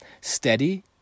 Steady